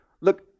Look